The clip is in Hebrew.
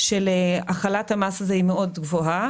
של החלת המס הזה תהיה להם מאוד גבוהה,